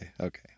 okay